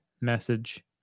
message